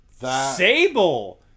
Sable